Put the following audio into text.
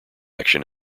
action